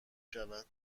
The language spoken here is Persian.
شود